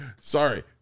Sorry